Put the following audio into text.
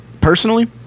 personally